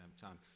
time